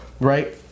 right